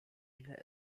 ile